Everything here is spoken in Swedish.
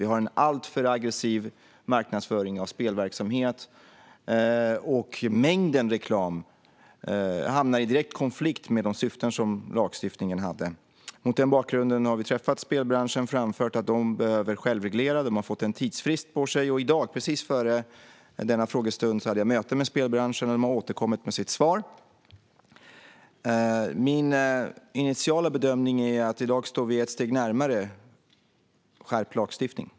Vi ser en alltför aggressiv marknadsföring av spelverksamhet, och mängden reklam hamnar i direkt konflikt med de syften som lagstiftningen hade. Mot den bakgrunden har vi träffat spelbranschen och framfört att de behöver självreglera. De har fått en tidsfrist. I dag, precis före denna frågestund, hade jag ett möte med spelbranschen då de återkom med sitt svar. Min initiala bedömning är att vi i dag står ett steg närmare en skärpt lagstiftning.